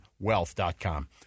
wealth.com